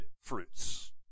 fruits